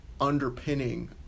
underpinning